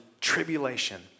tribulation